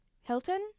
Hilton